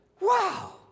wow